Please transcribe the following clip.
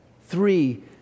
three